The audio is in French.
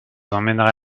emmènerai